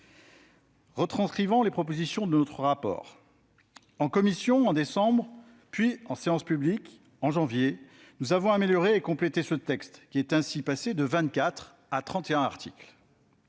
retranscrivant les propositions de notre rapport. En commission, en décembre, puis en séance publique, en janvier, nous avons amélioré et complété ce texte, qui est ainsi passé de 24 à 31 articles.